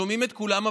שומעים את כולם,